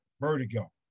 vertigo